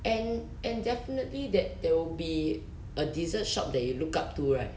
and and definitely that there will be a dessert shop that you look up too right